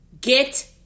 Get